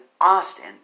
Austin